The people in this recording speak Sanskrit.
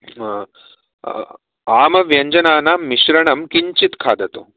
आमव्यञ्जनानां मिश्रणं किञ्चित् खादतु